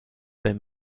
been